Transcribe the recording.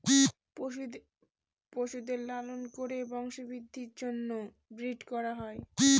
পশুদের লালন করে বংশবৃদ্ধির জন্য ব্রিড করা হয়